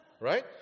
Right